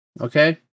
Okay